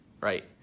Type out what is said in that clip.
right